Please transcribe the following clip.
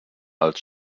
als